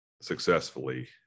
successfully